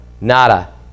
nada